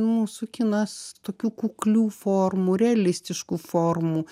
mūsų kinas tokių kuklių formų realistiškų formų